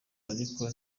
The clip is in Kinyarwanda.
ariko